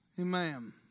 Amen